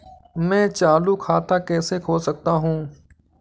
मैं चालू खाता कैसे खोल सकता हूँ?